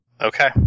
Okay